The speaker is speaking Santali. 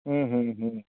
ᱦᱩᱸ ᱦᱩᱸ ᱦᱩᱸ